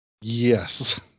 Yes